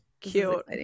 cute